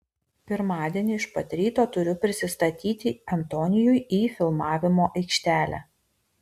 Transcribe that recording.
pirmadienį iš pat ryto turiu prisistatyti antonijui į filmavimo aikštelę